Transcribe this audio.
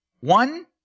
One